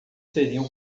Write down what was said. seriam